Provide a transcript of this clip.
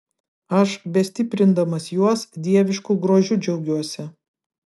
aš bestiprindamas juos dievišku grožiu džiaugiuosi